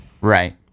Right